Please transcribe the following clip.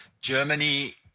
Germany